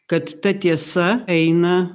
kad ta tiesa eina